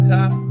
Top